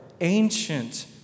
ancient